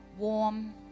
warm